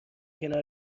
کنار